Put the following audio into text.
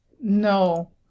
No